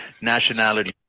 nationality